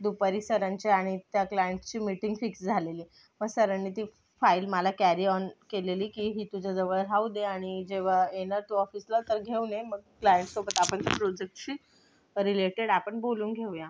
दुपारी सरांची आणि त्या क्लायंटची मीटिंग फिक्स झालेली मग सरांनी ती फाईल मला कॅरी ऑन केलेली की ही तुझ्याजवळ राहू दे आणि जेव्हा येणार तू ऑफिसला तर घेऊन ये मग क्लायंटसोबत आपण त्या प्रोजेक्टशी रिलेटेड आपण बोलून घेऊया